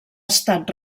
estat